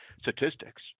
statistics